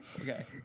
Okay